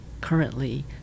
currently